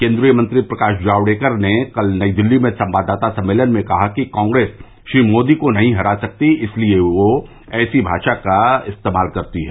केन्द्रीय मंत्री प्रकाश जावड़ेकर ने कल नई दिल्ली में संवाददाता सम्मेलन में कहा कि कांग्रेस श्री मोदी को नहीं हरा सकती इसलिए वह ऐसी भाषा का इस्तेमाल करती है